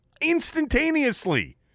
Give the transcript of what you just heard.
instantaneously